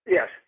Yes